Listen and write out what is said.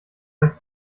bei